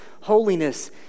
holiness